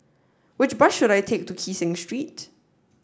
which bus should I take to Kee Seng Street